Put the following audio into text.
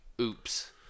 oops